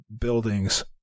buildings